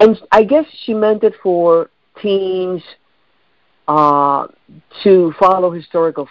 and i guess she meant that for teens ought to follow historical